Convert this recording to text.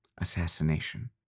assassination